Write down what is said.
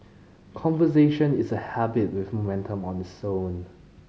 conversation is a habit with momentum its own